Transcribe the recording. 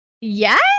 yes